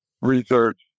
research